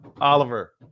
Oliver